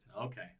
Okay